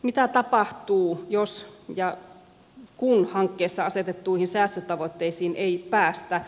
mitä tapahtuu jos ja kun hankkeessa asetettuihin säästötavoitteisiin ei päästä